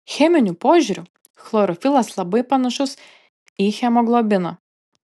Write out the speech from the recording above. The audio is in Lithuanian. cheminiu požiūriu chlorofilas labai panašus į hemoglobiną